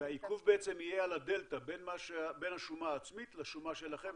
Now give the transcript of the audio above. והעיכוב יהיה בעצם על הדלתא בין השומה העצמית לשומה שלכם,